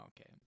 Okay